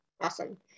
awesome